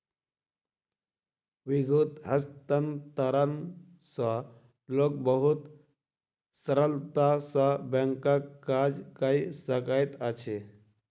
विद्युत हस्तांतरण सॅ लोक बहुत सरलता सॅ बैंकक काज कय सकैत अछि